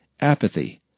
apathy